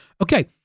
Okay